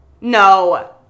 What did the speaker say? No